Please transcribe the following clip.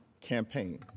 campaign